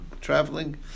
traveling